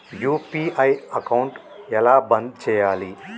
UPI account ఎలా బంద్ చేయాలి?